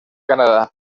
canadá